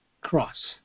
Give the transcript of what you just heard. cross